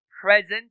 present